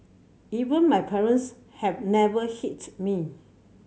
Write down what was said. even my parents have never hit me